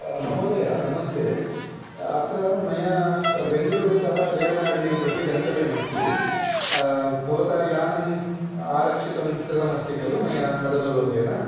महोदय नमस्ते अत्र मया बेङ्गळूरुतः देवनहळ्ळिं प्रति गन्तव्यमस्ति भवतः यानम् आरक्षितं कृतमस्ति खलु मया मदनुरोधेन